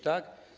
Tak?